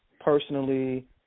personally